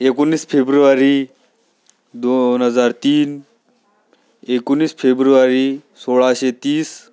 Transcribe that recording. एकोणीस फेब्रुवारी दोन हजार तीन एकोणीस फेब्रुवारी सोळाशे तीस